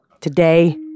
Today